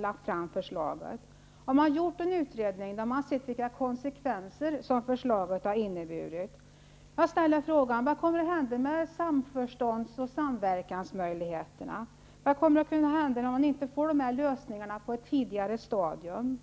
lagt fram förslaget. Har man gjort en utredning där man har sett vilka konsekvenser förslaget har inneburit? Vad kommer att hända med samförstånd och samverkansmöjligheterna? Vad händer om man inte får dessa lösningar på ett tidigare stadium?